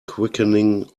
quickening